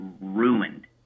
ruined